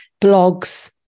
blogs